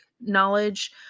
knowledge